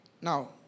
Now